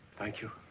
thank you.